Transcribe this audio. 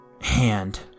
hand